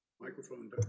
Microphone